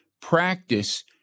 practice